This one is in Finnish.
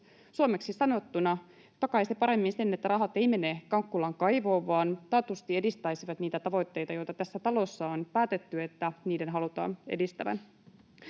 suomeksi sanottuna takaisi paremmin sen, että rahat eivät mene Kankkulan kaivoon vaan taatusti edistäisivät niitä tavoitteita, joita tässä talossa on päätetty, että niiden halutaan edistävän.